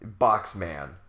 Boxman